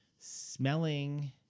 smelling